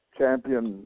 champion